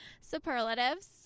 superlatives